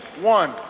one